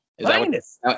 Minus